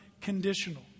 conditional